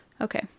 Okay